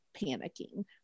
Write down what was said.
panicking